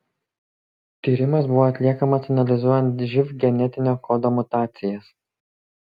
tyrimas buvo atliekamas analizuojant živ genetinio kodo mutacijas